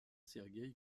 sergueï